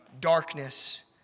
darkness